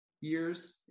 years